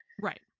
right